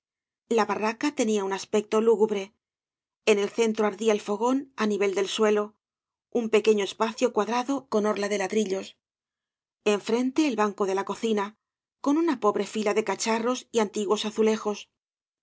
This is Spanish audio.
la barraca tenia un aspecto lúgubre en el centro ardía el fogón á nivel del suelo un pequeño espacio cuadrado con orla de ladrillos enfrente el banco de la cocina con una pobre fila de cacharros y antiguos azulejos